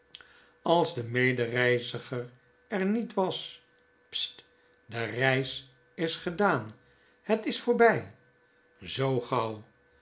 als de medereiziger er niet was sst de reis is gedaan het is voorby zoo gauw